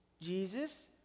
Jesus